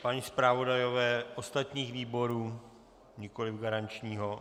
A zpravodajové ostatních výborů, nikoli garančního?